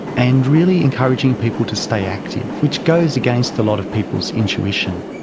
and really encouraging people to stay active, which goes against a lot of people's intuition.